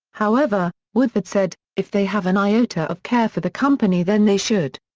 however, woodford said if they have an iota of care for the company then they should.